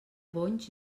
bonys